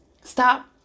Stop